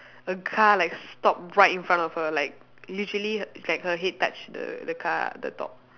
a car like stop right in front of her like literally it's like her head touch the the car the top